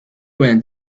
went